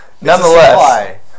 nonetheless